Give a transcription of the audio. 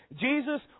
Jesus